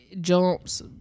jumps